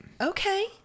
okay